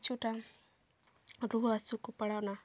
ᱠᱤᱪᱷᱩᱴᱟ ᱨᱩᱣᱟᱹ ᱦᱟᱹᱥᱩ ᱠᱚ ᱯᱟᱲᱟᱣᱱᱟ